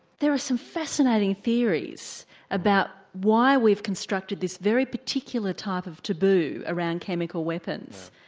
there are some fascinating theories about why we've constructed this very particular type of taboo around chemical weapons.